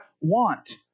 want